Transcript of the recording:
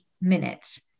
minutes